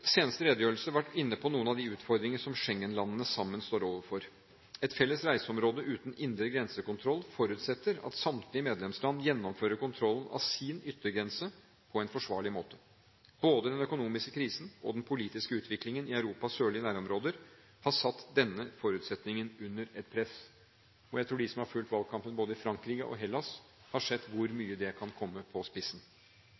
seneste redegjørelse vært inne på noen av de utfordringer som Schengen-landene sammen står overfor. Et felles reiseområde uten indre grensekontroll forutsetter at samtlige medlemsland gjennomfører kontrollen av sin yttergrense på en forsvarlig måte. Både den økonomiske krisen og den politiske utviklingen i Europas sørlige nærområder har satt denne forutsetningen under et press. Jeg tror at de som har fulgt valgkampen både i Frankrike og i Hellas, har sett hvor